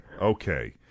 Okay